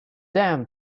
them